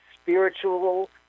spiritual